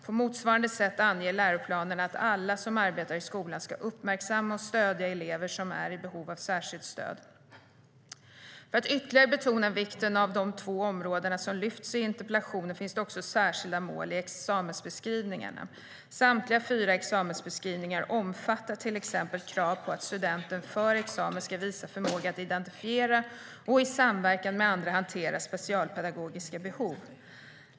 På motsvarande sätt anger läroplanerna att alla som arbetar i skolan ska uppmärksamma och stödja elever som är i behov av särskilt stöd. För att ytterligare betona vikten av de två områden som lyfts fram i interpellationen finns det också särskilda mål i examensbeskrivningarna. Samtliga fyra examensbeskrivningar omfattar till exempel krav på att studenten för examen ska visa förmåga att identifiera och i samverkan med andra hantera specialpedagogiska behov.